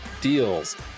deals